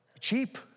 cheap